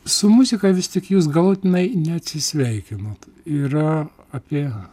su muzika vis tik jūs galutinai neatsisveikinot yra apie